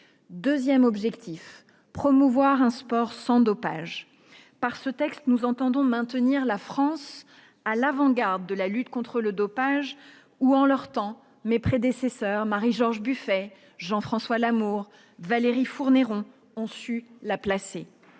deuxième objectif de ce texte -promouvoir un sport sans dopage. Par ce texte, nous entendons maintenir la France à l'avant-garde de la lutte contre le dopage, où, en leur temps, mes prédécesseurs Marie-Georges Buffet, Jean-François Lamour et Valérie Fourneyron ont su la placer.